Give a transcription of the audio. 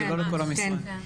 זה לא לכל המשרד.